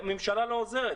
והממשלה לא עוזרת.